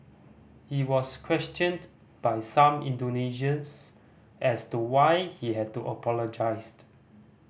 he was questioned by some Indonesians as to why he had apologised